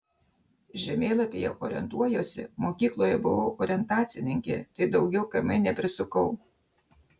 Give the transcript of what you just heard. žemėlapyje orientuojuosi mokykloje buvau orientacininkė tai daugiau km neprisukau